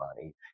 money